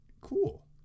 Cool